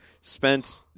spent